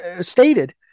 stated